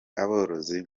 aborozi